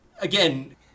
again